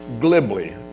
glibly